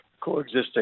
coexisting